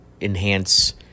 enhance